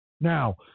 Now